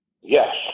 Yes